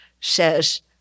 says